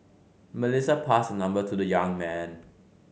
Melissa passed her number to the young man